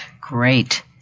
Great